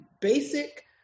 basic